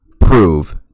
prove